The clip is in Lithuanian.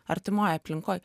artimoj aplinkoj